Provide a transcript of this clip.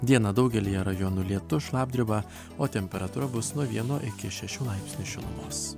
dieną daugelyje rajonų lietus šlapdriba o temperatūra bus nuo vieno iki šešių laipsnių šilumos